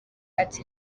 ati